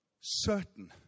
certain